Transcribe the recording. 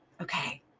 okay